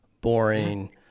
boring